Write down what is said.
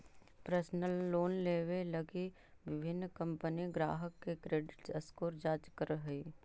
personal loan देवे लगी विभिन्न कंपनि ग्राहक के क्रेडिट स्कोर जांच करऽ हइ